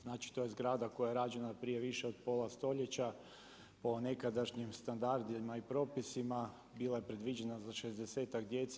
Znači, to je zgrada koja je rađena prije više od pola stoljeća o nekadašnjim standardima i propisima bila je predviđena za 60-tak djece.